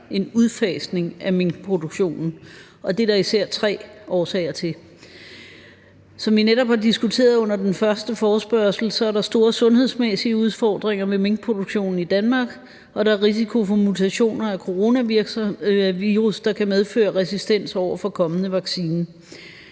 en udfasning af minkproduktionen, og det er der især tre årsager til. Som vi netop har diskuteret under den første forespørgsel, er der store sundhedsmæssige udfordringer med minkproduktionen i Danmark, og der er risiko for mutationer af coronavirus, der kan medføre resistens over for kommende vaccine.